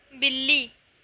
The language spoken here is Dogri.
बिल्ली